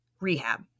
rehab